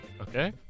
Okay